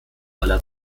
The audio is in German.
aller